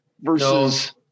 versus